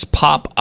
pop